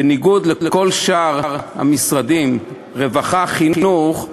בניגוד לכל שאר המשרדים, רווחה, חינוך,